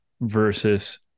versus